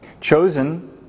chosen